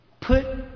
Put